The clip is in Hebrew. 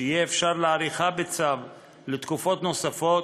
שיהיה אפשר להאריכה בצו לתקופות נוספות,